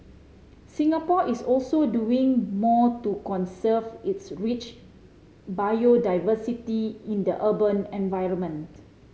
Singapore is also doing more to conserve its rich biodiversity in the urban environment